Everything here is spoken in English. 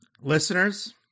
Listeners